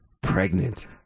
pregnant